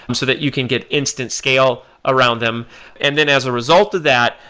and so that you can get instant scale around them and then as a result of that,